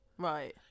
Right